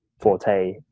forte